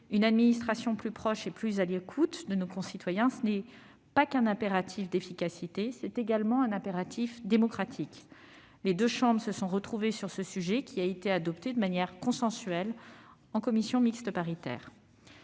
Une administration plus proche et plus à l'écoute de nos concitoyens, ce n'est pas qu'un impératif d'efficacité, c'est également un impératif démocratique. Les deux chambres se sont retrouvées sur ce sujet, qui a été adopté de manière consensuelle en commission mixte paritaire.